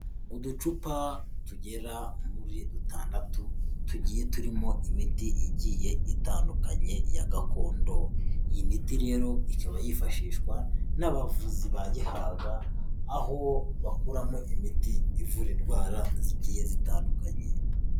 Uducupa tugera muri dutandatu tugiye turimo imiti igiye itandukanye ya gakondo, iyi miti rero ikaba yifashishwa n'abavuzi ba gihaga aho bakuramo imiti ivura indwara igiye itandukanye.